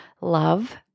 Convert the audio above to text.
love